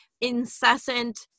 incessant